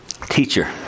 Teacher